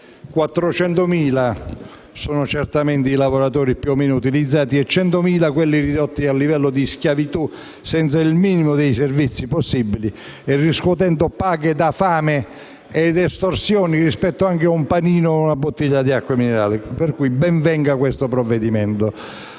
400.000 i lavoratori più o meno utilizzati e 100.000 quelli ridotti a livello di schiavitù senza il minimo dei servizi possibili, che riscuotono paghe da fame e che subiscono estorsioni anche per un panino e una bottiglia di acqua minerale. Dunque ben venga questo provvedimento.